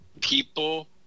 people –